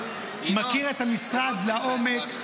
הוא מכיר את המשרד לעומק.